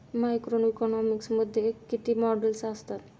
Macroeconomics मध्ये किती models असतात?